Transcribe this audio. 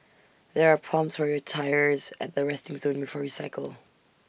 there are pumps for your tyres at the resting zone before you cycle